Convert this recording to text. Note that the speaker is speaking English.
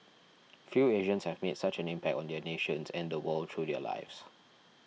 few Asians have made such an impact on their nations and the world through their lives